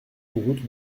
route